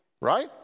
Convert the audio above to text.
right